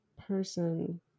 person